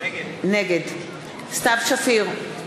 נגד סתיו שפיר,